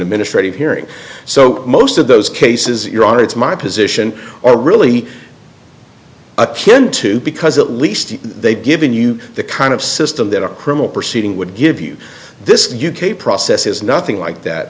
administrative hearing so most of those cases you're on it's my position or really a pin too because at least they've given you the kind of system that a criminal proceeding would give you this u k process is nothing like that